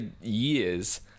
years